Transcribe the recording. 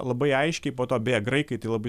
labai aiškiai po to beje graikai tai labai